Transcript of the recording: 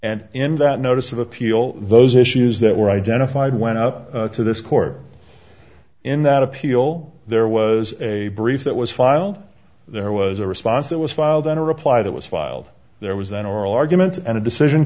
and in that notice of appeal those issues that were identified went up to this court in that appeal there was a brief that was filed there was a response that was filed in a reply that was filed there was an oral argument and a decision